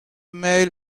male